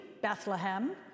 bethlehem